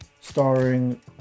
starring